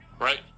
Right